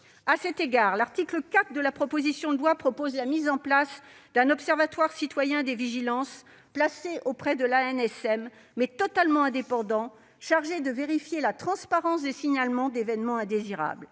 À cet égard, l'article 4 de ce texte propose la mise en place d'un observatoire citoyen des vigilances, placé auprès de l'ANSM, mais totalement indépendant, chargé de vérifier la transparence des signalements d'événements indésirables.